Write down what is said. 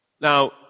Now